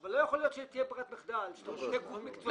אבל לא יכול להיות שתהיה ברירת מחדל של גוף מקצועי.